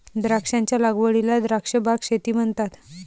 द्राक्षांच्या लागवडीला द्राक्ष बाग शेती म्हणतात